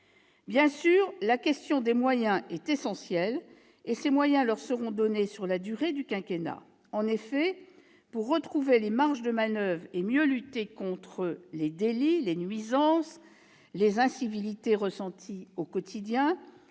Bien sûr, la question des moyens est essentielle. Ces moyens leur seront donnés sur la durée du quinquennat. En effet, pour retrouver des marges de manoeuvre et mieux lutter contre les délits, les nuisances, les incivilités ressenties au quotidien,